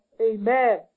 Amen